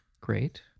Great